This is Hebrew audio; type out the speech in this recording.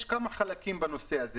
יש שני דברים